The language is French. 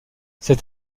cet